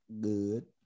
good